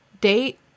date